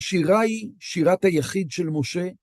שירה היא שירת היחיד של משה.